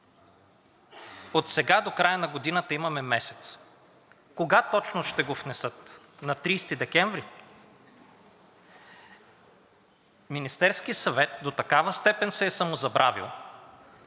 Отсега до края на годината имаме месец! Кога точно ще го внесат – 30 декември? Министерският съвет до такава степен се е самозабравил,